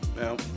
Now